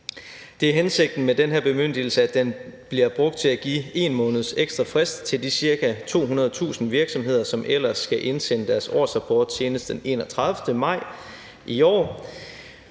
Det er hensigten med den her bemyndigelse, at den bliver brugt til at give 1 måneds ekstra frist til de ca. 200.000 virksomheder, som ellers skal indsende deres årsrapport senest den 31. maj i år,